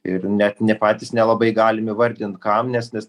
ir net ne patys nelabai galim įvardint kam nes nes